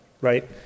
right